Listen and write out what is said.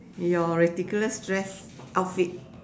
your ridiculous dress outfit